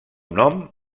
nom